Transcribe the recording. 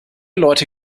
leute